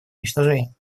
уничтожения